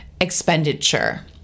expenditure